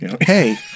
Hey